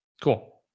Cool